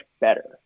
better